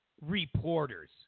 reporters